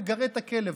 מגרה את הכלב,